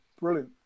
Brilliant